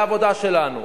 זו העבודה שלנו.